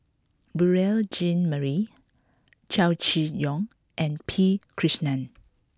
Beurel Jean Marie Chow Chee Yong and P Krishnan